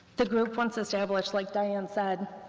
the group, once established, like diane said,